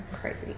Crazy